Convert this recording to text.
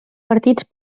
partits